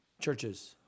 churches